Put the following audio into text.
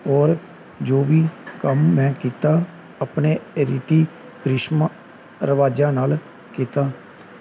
ਔਰ ਜੋ ਵੀ ਕੰਮ ਮੈਂ ਕੀਤਾ ਆਪਣੇ ਰੀਤੀ ਰਿਸ਼ਮਾ ਰਿਵਾਜ਼ਾਂ ਨਾਲ ਕੀਤਾ